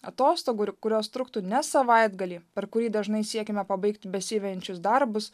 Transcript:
atostogų ir kurios truktų ne savaitgalį per kurį dažnai siekiame pabaigti besivejančius darbus